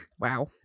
Wow